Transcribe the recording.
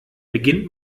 beginnt